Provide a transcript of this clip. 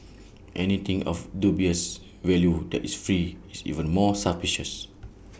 anything of dubious value that is free is even more suspicious